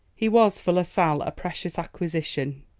he was for la sale a precious acquisition.